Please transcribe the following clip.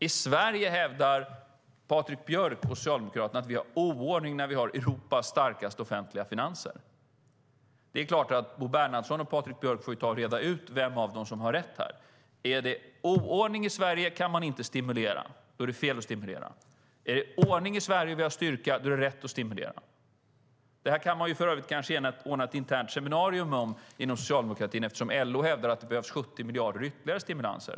I Sverige hävdar Patrik Björck och Socialdemokraterna att vi har oordning när vi har Europas starkaste offentliga finanser. Bo Bernhardsson och Patrik Björck får reda ut vem av dem som har rätt här. Är det oordning i Sverige är det fel att stimulera. Är det ordning i Sverige och vi har styrka är det rätt att stimulera. Detta kan man för övrigt kanske ordna ett internt seminarium om inom socialdemokratin, eftersom LO hävdar att det behövs 70 miljarder i ytterligare stimulanser.